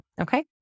Okay